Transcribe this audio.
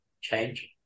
change